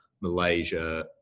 Malaysia